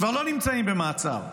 כבר לא נמצאים במעצר.